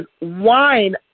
wine